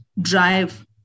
drive